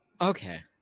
Okay